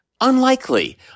Unlikely